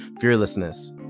fearlessness